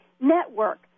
network